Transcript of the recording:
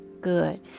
Good